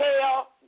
tell